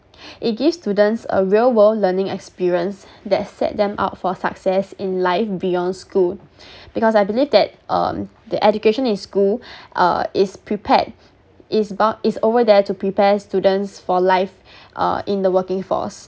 it gives students a real world learning experience that set them out for success in life beyond school because I believe that um that education in school uh is prepared is ba~ is over there to prepare students for life uh in the working force